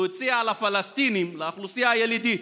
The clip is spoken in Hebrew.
הוא הציע לפלסטינים, לאוכלוסייה הילידית,